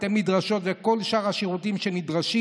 בתי מדרשות וכל שאר השירותים שנדרשים,